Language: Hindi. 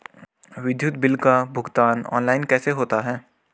विद्युत बिल का भुगतान ऑनलाइन कैसे होता है?